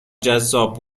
جذاب